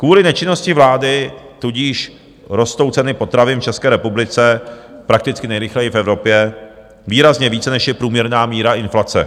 Kvůli nečinnosti vlády tudíž rostou ceny potravin v České republice prakticky nejrychleji v Evropě, výrazně více, než je průměrná míra inflace.